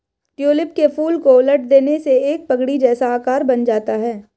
tulip के फूल को उलट देने से एक पगड़ी जैसा आकार बन जाता है